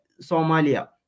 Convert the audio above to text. Somalia